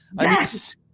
yes